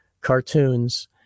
cartoons